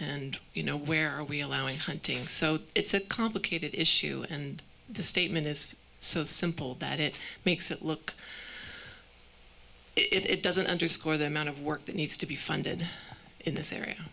and you know where are we allowing hunting so it's a complicated issue and the statement is so simple that it makes it look it doesn't underscore the amount of work that needs to be funded in this area